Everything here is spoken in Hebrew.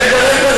רגע,